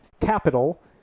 capital